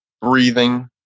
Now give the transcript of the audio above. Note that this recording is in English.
breathing